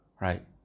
Right